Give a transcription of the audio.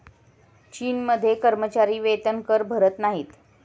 चीनमध्ये कर्मचारी वेतनकर भरत नाहीत